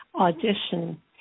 audition